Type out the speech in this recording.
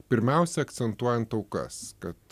pirmiausia akcentuojant aukas kad